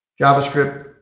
JavaScript